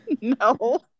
No